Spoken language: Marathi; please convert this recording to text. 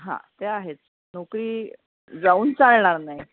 हां ते आहेच नोकरी जाऊन चालणार नाही